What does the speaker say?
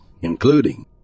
including